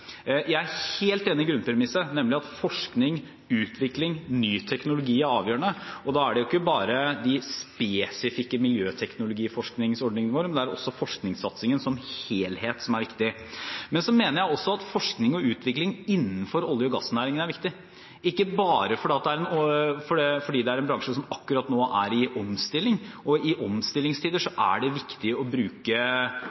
Jeg er helt enig i grunnpremisset, nemlig at forskning, utvikling og ny teknologi er avgjørende. Da er det jo ikke bare de spesifikke miljøteknologiforskningsordningene våre, men også forskningssatsingen som helhet som er viktig. Men så mener jeg også at forskning og utvikling innenfor olje- og gassnæringen er viktig, ikke bare fordi det er en bransje som akkurat nå er i omstilling og det i omstillingstider er viktig å bruke